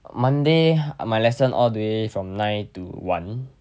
monday my lesson all the way from nine to one